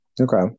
Okay